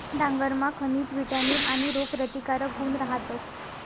डांगरमा खनिज, विटामीन आणि रोगप्रतिकारक गुण रहातस